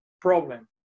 problem